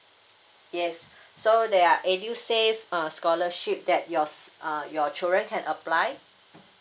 yes so there are edusave uh scholarship that your uh your children can apply